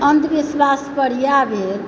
अन्धविश्वास पर इएह भेल